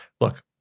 look